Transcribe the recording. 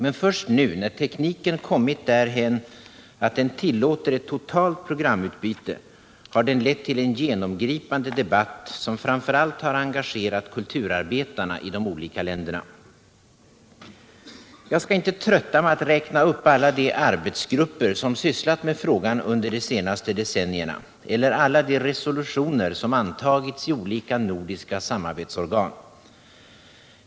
Men först nu när tekniken kommit därhän att den tillåter ett totalt programutbyte har den lett till en genomgripande debatt som framför allt engagerat kulturarbetarna i de olika länderna. Jag skall inte trötta med att räkna upp alla de arbetsgrupper, som sysslat med frågan under de senaste decennierna, eller alla de resolutioner som antagits i olika nordiska samarbetsorgan.